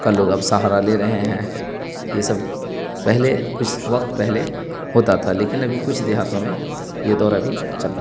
کا لوگ اب سہارا لے رہے ہیں یہ سب پہلے کچھ وقت پہلے ہوتا تھا لیکن ابھی کچھ دیہاتوں میں یہ دور ابھی چل رہا